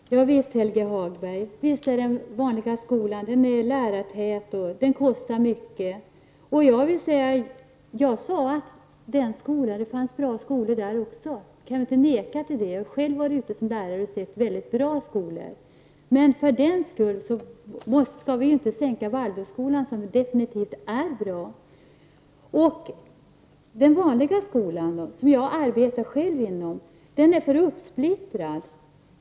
Fru talman! Ja visst, Helge Hagberg, är den vanliga skolan lärartät och kostar mycket. Jag sade att det också finns bra skolor i offentlig regi. Jag kan inte neka till det. Jag har själv varit ute som lärare och sett väldigt bra skolor, men för den skull skall man ju inte sänka Waldorfskolan, som definitivt är bra. Den vanliga skolan, som jag själv arbetar inom, är för uppsplittrad.